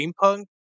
Steampunk